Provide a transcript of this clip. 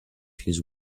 his